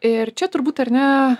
ir čia turbūt ar ne